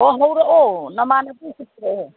ꯑꯣ ꯍꯧꯔꯛꯑꯣ ꯅꯃꯥꯟꯅꯕꯤꯁꯨ ꯄꯨꯔꯛꯑꯣ